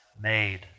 made